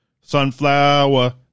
Sunflower